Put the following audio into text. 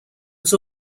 was